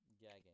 Gagging